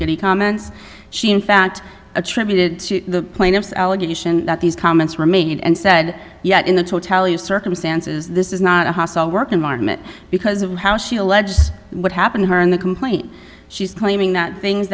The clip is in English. goody comments she in fact attributed to the plaintiff's allegation that these comments were made and said yet in the totality of circumstances this is not a hostile work environment because of how she alleges what happened to her in the complaint she's claiming that things